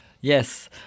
Yes